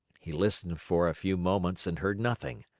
he listened for a few moments and heard nothing.